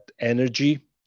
energy